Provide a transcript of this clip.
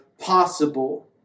possible